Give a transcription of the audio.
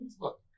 Look